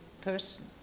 person